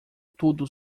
tudo